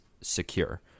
secure